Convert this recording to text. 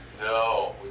No